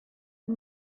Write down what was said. and